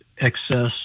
excess